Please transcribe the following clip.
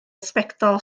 sbectol